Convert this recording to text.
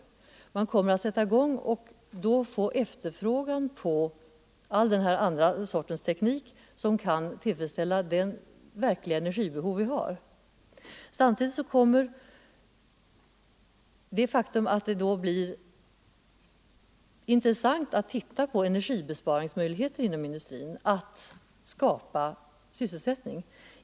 Man kommer att sätta i gång med och få efterfrågan på all den här andra sortens teknik som kan tillfredsställa det verkliga energibehov vi har. Samtidigt kommer det faktum att det då blir intressant att se på energibesparingsmöjligheter inom industrin att skapa sysselsättning.